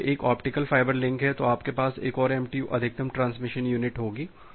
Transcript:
यदि यह एक ऑप्टिकल फाइबर लिंक है तो आपके पास एक और MTU अधिकतम ट्रांसमिशन यूनिट होगी